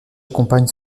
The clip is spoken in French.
accompagne